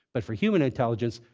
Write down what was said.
but for human intelligence,